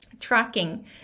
tracking